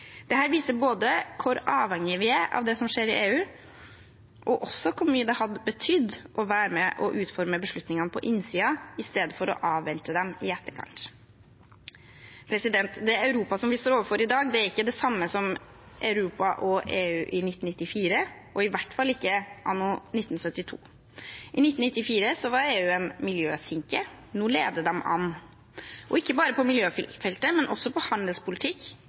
viser både hvor avhengige vi er av det som skjer i EU, og også hvor mye det hadde betydd å være med og utforme beslutningene på innsiden, istedenfor å avvente dem i etterkant. Det Europa vi står overfor i dag, er ikke det samme som Europa og EU i 1994, og i hvert fall ikke anno 1972. I 1994 var EU en miljøsinke. Nå leder de an, ikke bare på miljøfeltet, men også innen handelspolitikk,